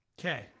Okay